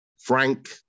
Frank